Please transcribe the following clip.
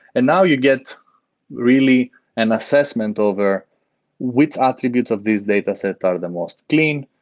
and now you get really an assessment over which attributes of these datasets are the most clean?